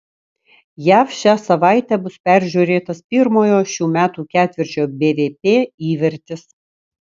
jav šią savaitę bus peržiūrėtas pirmojo šių metų ketvirčio bvp įvertis